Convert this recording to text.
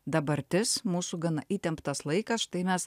dabartis mūsų gana įtemptas laikas štai mes